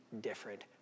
different